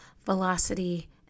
velocity